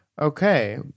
Okay